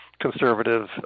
conservative